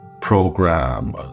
program